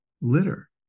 litter